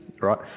right